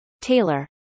Taylor